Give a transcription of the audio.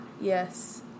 Yes